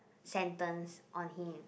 sentence on him